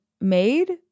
made